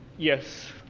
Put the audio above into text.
yes.